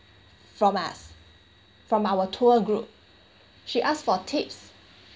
from us from our tour group she ask for tips